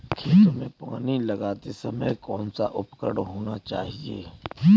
खेतों में पानी लगाते समय कौन सा उपकरण होना चाहिए?